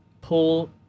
pull